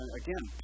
again